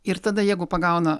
ir tada jeigu pagauna